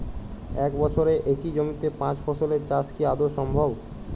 এক বছরে একই জমিতে পাঁচ ফসলের চাষ কি আদৌ সম্ভব?